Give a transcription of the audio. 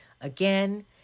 again